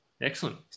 excellent